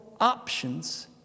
options